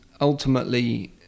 ultimately